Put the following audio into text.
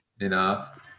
enough